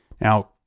Now